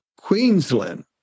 Queensland